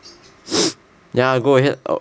ya go ahead